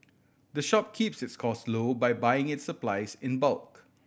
the shop keeps its cost low by buying its supplies in bulk